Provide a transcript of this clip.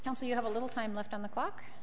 also you have a little time left on the clock